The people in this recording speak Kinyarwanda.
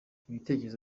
ibitekerezo